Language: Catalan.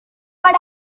per